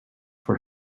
for